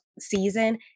season